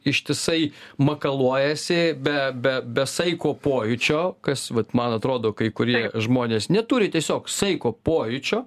ištisai makaluojasi be be be saiko pojūčio kas vat man atrodo kai kurie žmonės neturi tiesiog saiko pojūčio